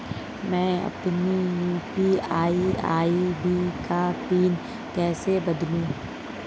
मैं अपनी UPI ID का पिन कैसे बदलूं?